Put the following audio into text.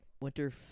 Winter